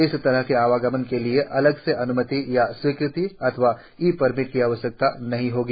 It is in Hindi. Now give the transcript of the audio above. इस तरह की आवागमन के लिए अलग से अन्मति या स्वीकृति अथवा ई परमिट की आवश्यकता नहीं होगी